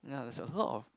ya there's a lot of